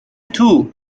توکسی